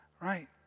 Right